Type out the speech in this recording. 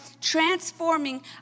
Transforming